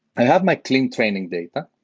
i'd have my clean training data.